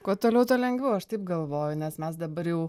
kuo toliau tuo lengviau aš taip galvoju nes mes dabar jau